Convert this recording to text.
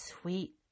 sweet